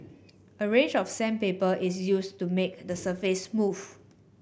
a range of sandpaper is used to make the surface smooth